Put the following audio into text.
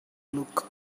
look